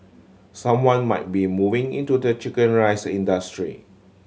someone might be moving into the chicken rice industry